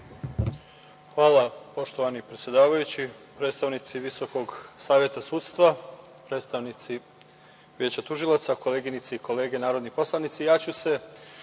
Hvala, poštovani predsedavajući. Predstavnici Visokog saveta sudstva, predstavnici Veća tužilaca, koleginice i kolege narodni poslanici, ja ću se